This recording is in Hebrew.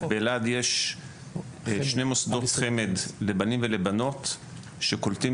באלעד יש שני מוסדות חמ"ד לבנים ולבנות שקולטים